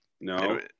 no